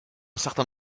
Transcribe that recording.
certain